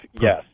yes